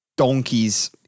Donkeys